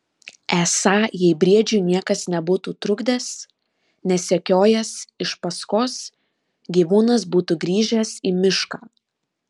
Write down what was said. esą jei briedžiui niekas nebūtų trukdęs nesekiojęs iš paskos gyvūnas būtų grįžęs į mišką